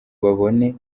babone